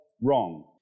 wrong